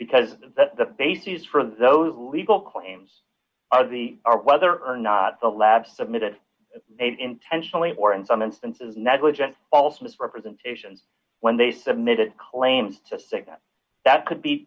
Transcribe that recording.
because that the basis for those legal claims are the are whether or not the lab submitted intentionally or in some instances negligent false misrepresentations when they submitted claims to sickness that could be